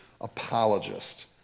apologist